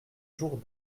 jours